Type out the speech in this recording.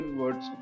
words